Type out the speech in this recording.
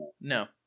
No